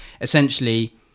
Essentially